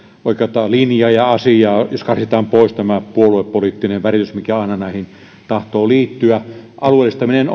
oikeata linjaa ja asiaa jos karsitaan pois tämä puoluepoliittinen väritys mikä aina näihin tahtoo liittyä alueellistaminen